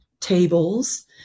tables